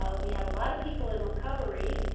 we have a lot of people in recovery,